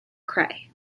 cray